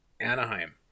Anaheim